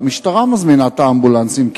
המשטרה מזמינה את האמבולנסים,